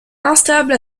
instable